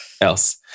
else